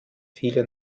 viele